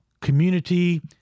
community